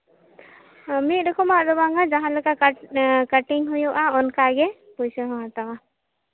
ᱢᱤᱫ ᱨᱚᱠᱚᱢᱟᱜ ᱫᱚ ᱵᱟᱝᱼᱟ ᱡᱟᱦᱟᱸ ᱞᱮᱠᱟᱱ ᱠᱟ ᱠᱟᱴᱤᱝ ᱦᱩᱭᱩᱜᱼᱟ ᱚᱱᱠᱟᱜᱮ ᱯᱚᱭᱥᱟ ᱦᱚᱸ ᱦᱟᱛᱟᱣᱟ